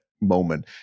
moment